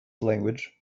language